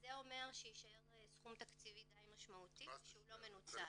זה אומר שיישאר סכום תקציבי די משמעותי שהוא לא מנוצל.